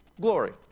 glory